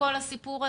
בכל הסיפור הזה.